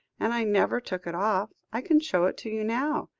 and i never took it off. i can show it to you now.